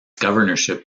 governorship